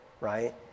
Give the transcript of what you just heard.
right